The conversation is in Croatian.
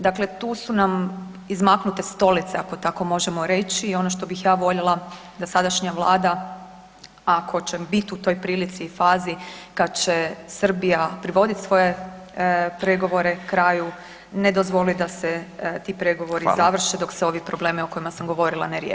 Dakle, tu su nam izmaknute stolice ako tako možemo reći i ono što bih ja voljela da sadašnja Vlada ako će biti u toj prilici i fazi kad će Srbija privodit svoje pregovore kraju ne dozvoli da se ti pregovori završe [[Upadica: Hvala.]] dok se ovi problemi o kojima sam govorila ne riješe.